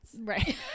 Right